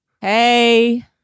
Hey